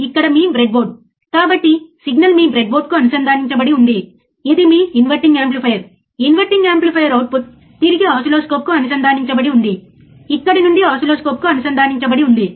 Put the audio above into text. అతను ఫ్రీక్వెన్సీని తగ్గిస్తూ ఉంటే మీరు దాన్ని ఇంకా తగ్గించవచ్చు అవును అతను ఫ్రీక్వెన్సీని తగ్గిస్తున్నట్లు మీరు చూస్తే వక్రీకరణ తక్కువగా ఉంటుంది మరియు అర్థం చేసుకోవడం సులభం లేదా స్లీవ్ రేటును కొలవడం సులభం